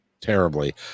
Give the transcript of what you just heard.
terribly